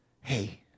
hey